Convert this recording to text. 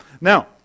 Now